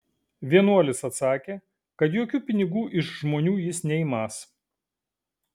vienuolis atsakė kad jokių pinigų iš žmonių jis neimąs